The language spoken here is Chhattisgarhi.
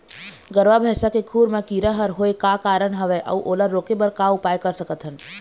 गरवा भैंसा के खुर मा कीरा हर होय का कारण हवए अऊ ओला रोके बर का उपाय कर सकथन?